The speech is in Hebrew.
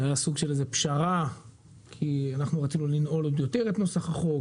היה סוג של איזו פשרה כי אנחנו רצינו לנעול עוד יותר את נוסח החוק.